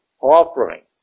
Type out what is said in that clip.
Offering